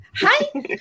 hi